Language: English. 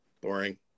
boring